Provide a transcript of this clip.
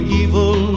evil